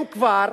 אם כבר,